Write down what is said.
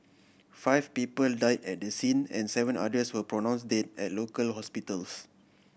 five people died at the scene and seven others were pronounced dead at local hospitals